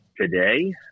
today